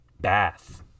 bath